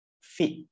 fit